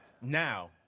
Now